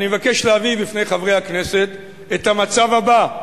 אני מבקש להביא בפני חברי הכנסת את המצב הבא: